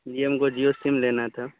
جی ہم کو جیو سم لینا تھا